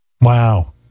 Wow